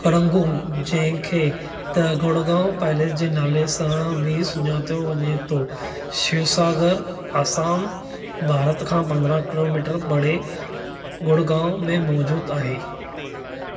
खणंगो जंहिं खे the Garhgaon palace जे नाले सां बि सुञातो वञे थो शिवसागर असाम भारत खां पंद्रहं किलोमीटर परे गुड़गांव में मौजूदु आहे